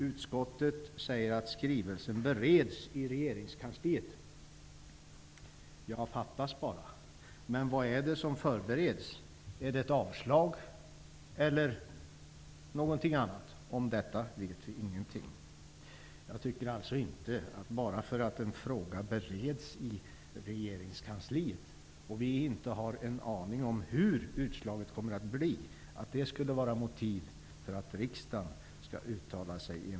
Utskottet säger att skrivelsen bereds i regeringskansliet. Fattas bara. Men vad är det som förbereds, är det ett avslag eller någonting annat? Om detta vet vi ingenting. Jag tycker alltså inte att bara för att en fråga bereds i regeringskansliet -- och vi inte har en aning om hur utslaget kommer att bli -- skulle det vara motiv för riksdagen att uttala sig.